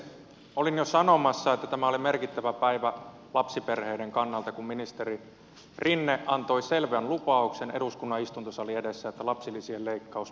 olin jo sanomassa että tämä oli merkittävä päivä lapsiperheiden kannalta kun ministeri rinne antoi selvän lupauksen eduskunnan istuntosalin edessä että lapsilisien leikkaus perutaan